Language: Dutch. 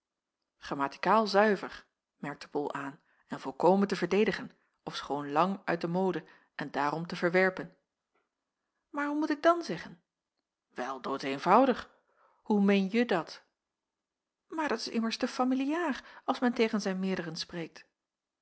grammatikaal zuiver merkte bol aan en volkomen te verdedigen ofschoon lang uit de mode en daarom te verwerpen jacob van ennep laasje evenster aar hoe moet ik dan zeggen wel doodeenvoudig hoe meen je dat maar dat is immers te familiaar als men tegen zijn meerderen spreekt